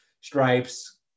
Stripes